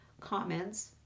comments